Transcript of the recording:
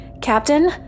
Captain